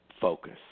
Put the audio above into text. Focus